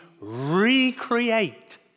recreate